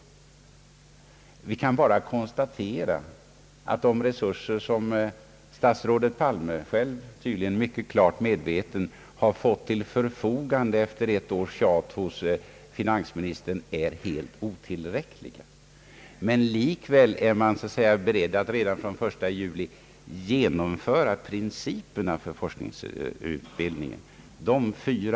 Vi kan bara konstatera att de resurser som statsrådet Palme fått till sitt förfogande efter ett års tjat hos finansministern är helt otillräckliga, vilket han själv tydligen är mycket klart medveten om. Likväl är han beredd att genomföra principerna för forskningsutbildningen från den 1 juli.